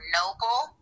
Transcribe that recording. noble